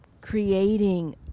creating